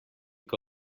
què